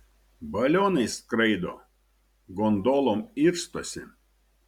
balionais skraido gondolom irstosi